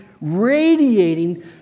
radiating